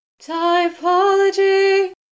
typology